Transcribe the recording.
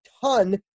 ton